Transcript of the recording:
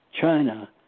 China